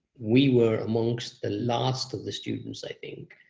we were amongst the last of the students, i think,